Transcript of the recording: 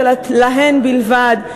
ולהן בלבד,